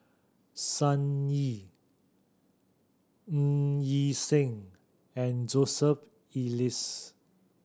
Sun Yee Ng Yi Sheng and Joseph